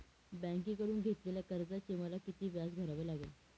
बँकेकडून घेतलेल्या कर्जाचे मला किती व्याज भरावे लागेल?